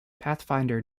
pathfinder